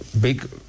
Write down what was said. Big